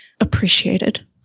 appreciated